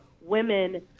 women